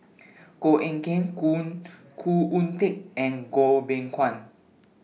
Koh Eng Kian Khoo Oon Teik and Goh Beng Kwan